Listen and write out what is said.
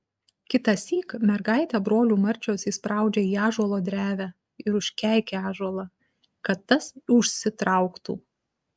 kitąsyk mergaitę brolių marčios įspraudžia į ąžuolo drevę ir užkeikia ąžuolą kad tas užsitrauktų